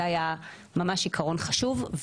זה היה ממש עקרון חשוב.